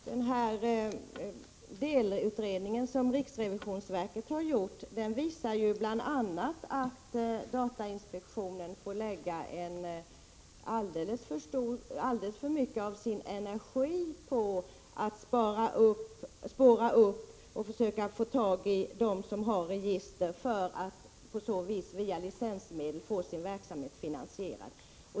Herr talman! Den delutredning som riksrevisionsverket har gjort visar bl.a. att datainspektionen får lägga ned alldeles för mycket energi på att spåra upp och försöka få tag i dem som har register för att på så vis via licensmedel få verksamheten finansierad.